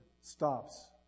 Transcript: stops